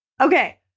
Okay